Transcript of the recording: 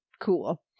cool